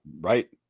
Right